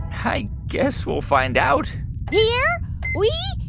i guess we'll find out here we